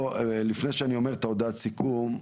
לפני שאני אומר את הודעת הסיכום,